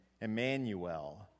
Emmanuel